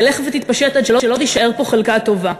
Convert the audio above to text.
תלך ותתפשט עד שלא תישאר פה חלקה טובה.